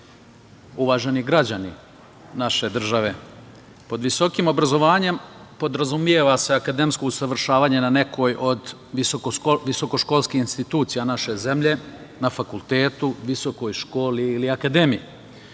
uvaženi građani naše države, pod visokim obrazovanjem podrazumeva se akademsko usavršavanje na nekoj od visokoškolskih institucija naše zemlje na fakultetu, visokoj školi ili akademiji. Sistem